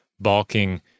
balking